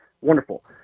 wonderful